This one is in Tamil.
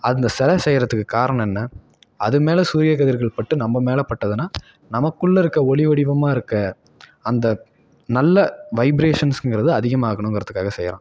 அந்த சிலை செய்கிறத்துக்கு காரணம் என்ன அது மேலே சூரியக்கதிர்கள் பட்டு நம்ம மேலே பட்டதுனால் நமக்குள்ளே இருக்க ஒளி வடிவமாக இருக்க அந்த நல்ல வைப்ரேஷன்ஸ்ஸுங்கிறது அதிகமாகணுங்கிறத்துக்காக செய்கிறான்